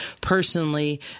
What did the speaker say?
personally